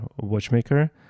watchmaker